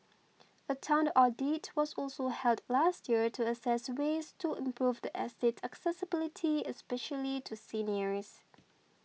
a town audit was also held last year to assess ways to improve the estate's accessibility especially to seniors